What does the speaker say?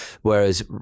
Whereas